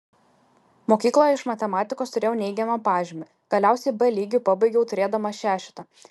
mokykloje iš matematikos turėjau neigiamą pažymį galiausiai b lygiu pabaigiau turėdamas šešetą